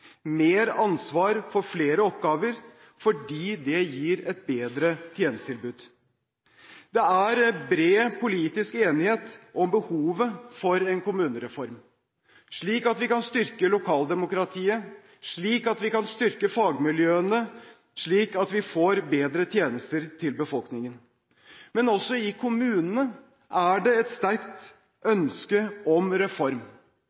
mer ansvar for flere oppgaver, fordi det gir et bedre tjenestetilbud. Det er bred politisk enighet om behovet for en kommunereform, slik at vi kan styrke lokaldemokratiet, slik at vi kan styrke fagmiljøene, slik at vi får bedre tjenester til befolkningen. Men også i kommunene er det et sterkt ønske om reform,